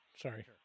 sorry